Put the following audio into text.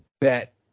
bet